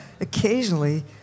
Occasionally